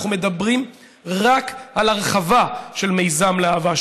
אנחנו מדברים רק על הרחבה של מיזם להב"ה.